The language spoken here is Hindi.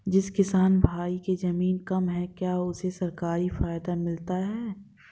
जिस किसान भाई के ज़मीन कम है क्या उसे सरकारी फायदा मिलता है?